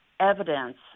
evidence